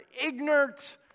ignorant